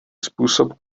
způsob